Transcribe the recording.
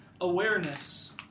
awareness